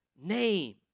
name